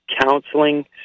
counseling